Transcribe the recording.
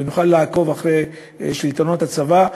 ונוכל לעקוב אחרי שלטונות הצבא,